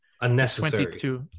Unnecessary